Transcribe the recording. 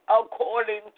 according